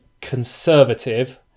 conservative